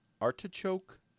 Artichoke